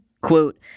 Quote